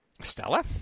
Stella